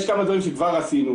יש כמה דברים שכבר עשינו.